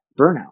burnout